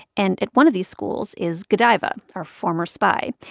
and at one of these schools is godaiva, our former spy.